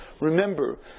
Remember